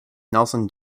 nelson